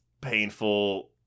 painful